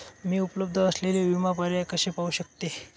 मी उपलब्ध असलेले विमा पर्याय कसे पाहू शकते?